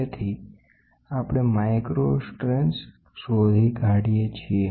તેથી આપણે micro strains શોધી કાઢીએ છીએ